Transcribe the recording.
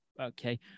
Okay